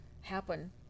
happen